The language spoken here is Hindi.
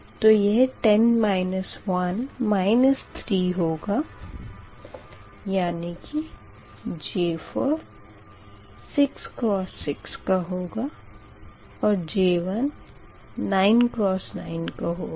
तो यह 10 1 3 होगा यानी कि J4 6 6 का होगा और J1 9 9 का होगा